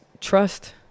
trust